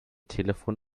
telefon